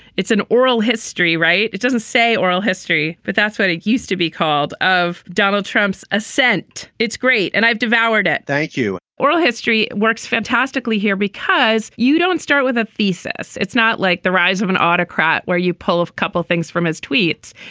it's an oral history right. it doesn't say oral history but that's what it used to be called of donald trump's ascent. it's great. and i've devoured it thank you. oral history works fantastically here because you don't start with a thesis. it's not like the rise of an autocrat where you pull off a couple of things from his tweets.